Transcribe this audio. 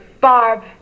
Barb